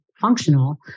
functional